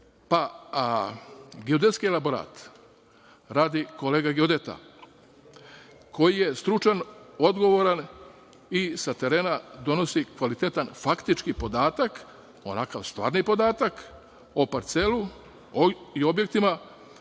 Geodetski elaborat radi kolega geodeta koji je stručan, odgovoran i sa terena donosi kvalitetan faktički podatak, stvarni podatak o parceli i objektima